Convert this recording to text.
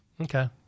Okay